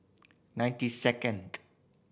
ninety second